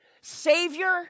Savior